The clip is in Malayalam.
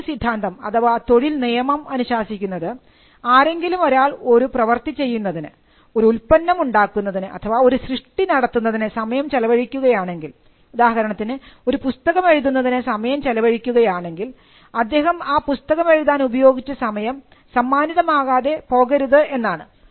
തൊഴിൽ സിദ്ധാന്തം അഥവാ തൊഴിൽ നിയമം അനുശാസിക്കുന്നത് ആരെങ്കിലും ഒരാൾ ഒരു പ്രവർത്തി ചെയ്യുന്നതിന് ഒരു ഉൽപ്പന്നം ഉണ്ടാക്കുന്നതിന് ഒരു സൃഷ്ടി നടത്തുന്നതിന് സമയം ചെലവഴിക്കുകയാണെങ്കിൽ ഉദാഹരണത്തിന് ഒരു പുസ്തകം എഴുതുന്നതിന് സമയം ചെലവഴിക്കുക യാണെങ്കിൽ അദ്ദേഹം ആ പുസ്തകം എഴുതാൻ ഉപയോഗിച്ച സമയം സമ്മാനിതമാകാതെ പോകരുത് എന്നാണ്